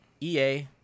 EA –